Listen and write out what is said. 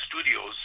Studios